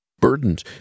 Burdened